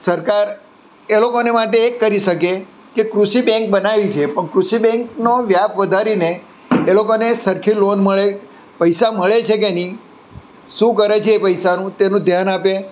સરકાર એ લોકોને માટે એક કરી શકે કે કૃષિ બેન્ક બનાવી છે પણ કૃષિ બેન્કનો વ્યાપ વધારીને એ લોકોને સરખે લોન મળે પૈસા મળે છે કે નહીં શું કરે છે એ પૈસાનું તેનું ધ્યાન આપે